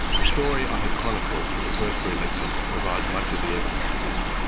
the story i have chronicled in the first three lectures provides much of the evidence for this.